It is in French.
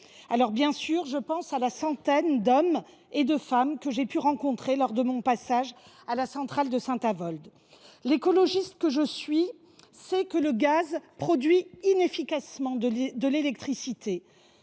Bien sûr, je pense à la centaine d’hommes et de femmes que j’ai pu rencontrer lors de mon passage à la centrale de Saint Avold. L’écologiste que je suis sait que le gaz produit inefficacement de l’électricité.